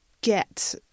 get